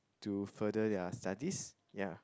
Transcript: to further their studies ya